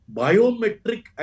biometric